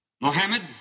Mohammed